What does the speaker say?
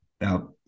Now